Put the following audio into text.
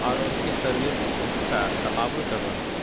اور ان کی سروس کا تقابل کر رہا ہوں